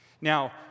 Now